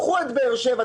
קחו את באר שבע,